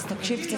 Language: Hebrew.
תקשיב,